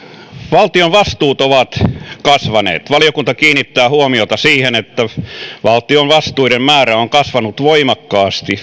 valtion vastuut ovat kasvaneet valiokunta kiinnittää huomiota siihen että valtion vastuiden määrä on kasvanut voimakkaasti